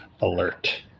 alert